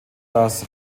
das